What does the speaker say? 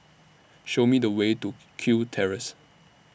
Show Me The Way to Kew Terrace